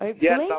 Yes